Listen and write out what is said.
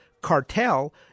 Cartel